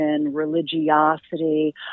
religiosity